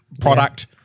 product